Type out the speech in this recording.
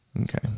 Okay